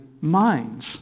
minds